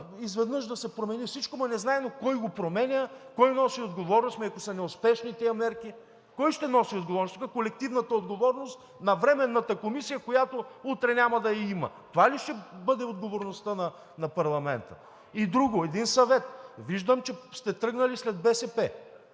изведнъж да се промени всичко. Ама незнайно кой го променя, кой носи отговорност! Ами, ако са неуспешни тези мерки, кой ще носи отговорност? Тук колективната отговорност на Временната комисия, която утре няма да я има. Това ли ще бъде отговорността на парламента? И друго. Един съвет! Виждам, че сте тръгнали след БСП.